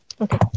Okay